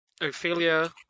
Ophelia